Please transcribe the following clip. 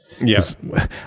Yes